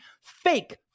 fake